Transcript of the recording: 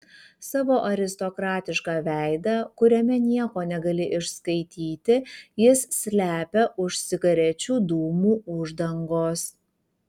savo aristokratišką veidą kuriame nieko negali išskaityti jis slepia už cigarečių dūmų uždangos